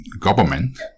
government